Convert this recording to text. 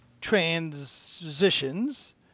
transitions